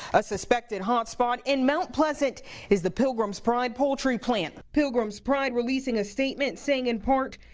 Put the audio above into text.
a suspected hot spot in mount pleasant is the pilgram's pride poultry plant pilgrams pride releasing a statement. saying in part.